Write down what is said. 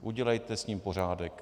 Udělejte s ním pořádek.